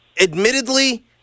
admittedly